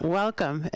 welcome